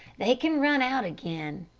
they can run out again.